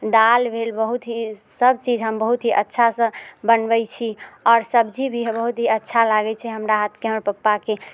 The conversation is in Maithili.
दालि भेल बहुत ही सब चीज हम बहुत ही अच्छासँ बनबै छी आओर सब्जी भी बहुत ही अच्छा लागै छै हमरा हाथके हमर पप्पाके